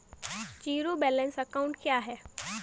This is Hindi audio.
ज़ीरो बैलेंस अकाउंट क्या है?